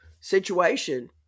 situation